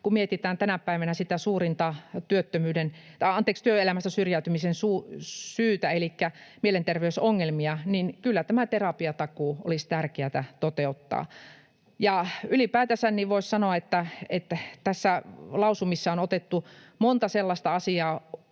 kun mietitään tänä päivänä sitä suurinta työelämästä syrjäytymisen syytä, elikkä mielenterveysongelmia, niin kyllä tämä terapiatakuu olisi tärkeätä toteuttaa. Ja ylipäätänsä voisi sanoa, että näissä lausumissa on otettu monta sellaista asiaa